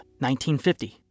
1950